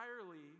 entirely